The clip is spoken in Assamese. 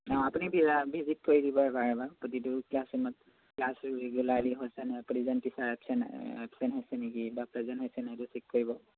অঁ আপুনি ভিজিট কৰি দিব এবাৰ এবাৰ প্ৰতিটো ক্লাছৰুমত ক্লাছ ৰেগুলাৰ্লি হৈছেনে প্ৰতিজন টিচাৰ এবচেণ্ট এবচেণ্ট হৈছে নেকি বা প্ৰেজেণ্ট হৈছেনে নাই সেইটো চেক কৰিব